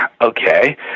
okay